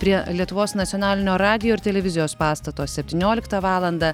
prie lietuvos nacionalinio radijo ir televizijos pastato septynioliktą valandą